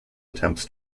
attempts